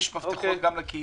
יש מפתחות גם לקהילה.